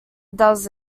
does